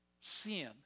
sin